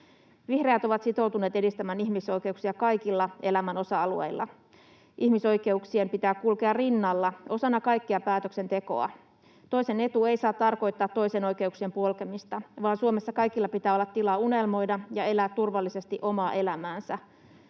Vihreät ovat sitoutuneet edistämään ihmisoikeuksia kaikilla elämän osa-alueilla. Ihmisoikeuksien pitää kulkea rinnalla, osana kaikkea päätöksentekoa. Toisen etu ei saa tarkoittaa toisen oikeuksien polkemista, vaan Suomessa kaikilla pitää olla tilaa unelmoida ja elää turvallisesti omaa elämäänsä,